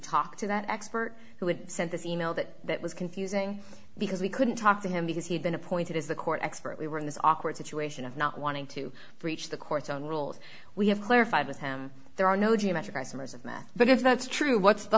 talk to that expert who had sent this e mail that was confusing because we couldn't talk to him because he'd been appointed as the court expert we were in this awkward situation of not wanting to breach the court's own rules we have clarified with him there are no geometric isomers of math but if that's true what's the